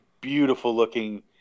Beautiful-looking